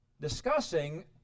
discussing